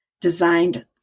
designed